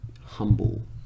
humble